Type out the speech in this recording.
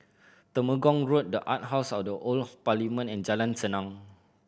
Temenggong Road The Art House at the Old Parliament and Jalan Senang